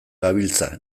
gabiltza